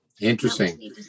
interesting